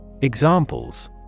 Examples